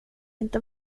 inte